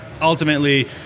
ultimately